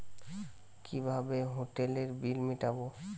কিভাবে হোটেলের বিল মিটাব?